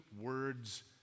words